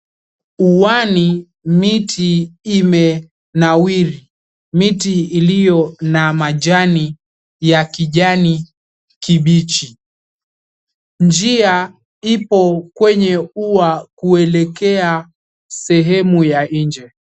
Uani miti imenawiri. Miti iliyo na majani ya kijani kibichi. Njia ipo kwenye ua kuelekea sehemu ya nje.